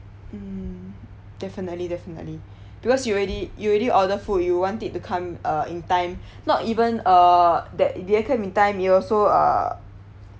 mm definitely definitely because you already you already order food you want it to come uh in time not even uh that the~ they come in time you also uh